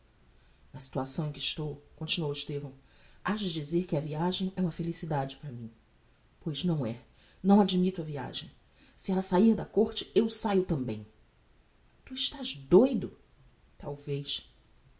na situação em que estou continuou estevão has de dizer que a viagem é uma felicidade para mim pois não é não admitto a viagem se ella sair da côrte eu saio também tu estás doudo talvez